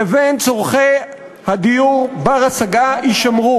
לבין צורכי הדיור בר-ההשגה יישמר.